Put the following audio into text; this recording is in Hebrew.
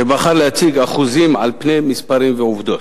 שבחר להציג אחוזים על פני מספרים ועובדות.